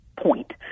point